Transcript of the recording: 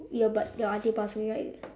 your but your aunty pass away right